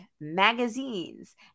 magazines